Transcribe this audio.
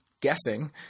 guessing –